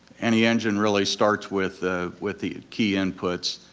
any engine really starts with ah with the key inputs.